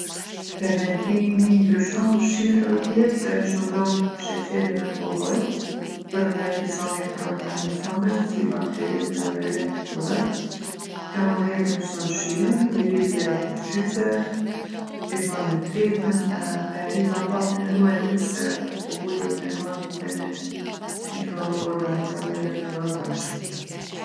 Fermentimi ndryshon ushqimet edhe pijet se e shëndrron sheqerin n'alkohol përmes disa mikroorganizmave, si bakterijet edhe këpurdhat. Kjo mandej e përmirson shijen, i rrit vlerat ushqyese, ndihmon me tretjen edhe e rrit afatin e ruajtjes se alkoholi e pengon rritjen e mikroorganizmave të damshëm.